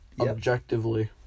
Objectively